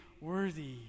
worthy